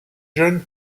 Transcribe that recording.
jeunes